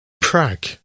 Prague